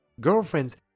Girlfriends